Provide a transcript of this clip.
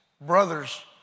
brothers